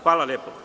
Hvala.